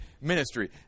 ministry